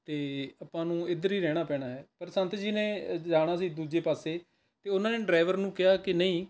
ਅਤੇ ਆਪਾਂ ਨੂੰ ਇੱਧਰ ਹੀ ਰਹਿਣਾ ਪੈਣਾ ਹੈ ਪਰ ਸੰਤ ਜੀ ਨੇ ਜਾਣਾ ਸੀ ਦੂਜੇ ਪਾਸੇ ਤਾਂ ਉਹਨਾਂ ਨੇ ਡਰਾਈਵਰ ਨੂੰ ਕਿਹਾ ਕਿ ਨਹੀਂ